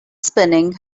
spinning